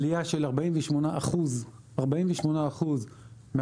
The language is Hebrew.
עלייה של 48% מ-2019.